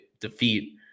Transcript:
defeat